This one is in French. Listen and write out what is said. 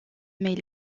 mais